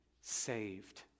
saved